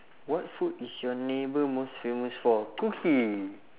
what food is your neighbour most famous for cookie